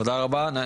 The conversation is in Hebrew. תודה רבה יפתח דותן.